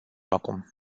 acum